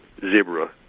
zebra